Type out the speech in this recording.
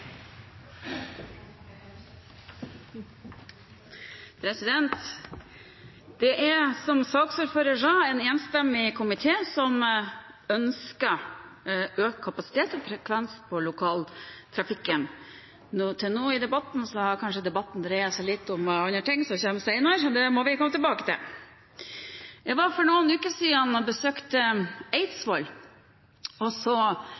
som saksordføreren sa – en enstemmig komité som ønsker økt kapasitet og økt frekvens på lokaltogtrafikken. Til nå har debatten kanskje dreid seg litt om andre ting, som kommer senere, men det må vi komme tilbake til. Jeg besøkte for noen uker siden Eidsvoll og